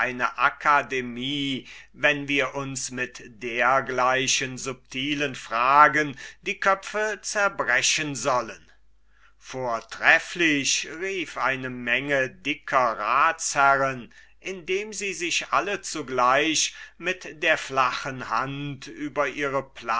akademie wenn wir uns mit dergleichen subtilen fragen die köpfe zerbrechen sollen vortrefflich riefen eine menge dicker ratsherren indem sie sich alle zugleich mit der flachen hand über ihre